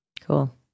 Cool